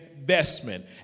investment